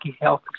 health